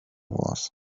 was